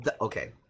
okay